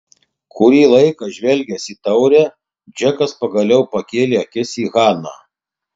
kurį laiką žvelgęs į taurę džekas pagaliau pakėlė akis į haną